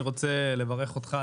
אני רוצה לברך אותך,